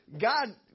God